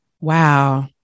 Wow